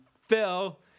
Phil